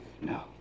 No